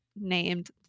named